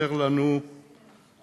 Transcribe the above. חסר לנו פתרון,